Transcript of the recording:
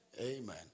Amen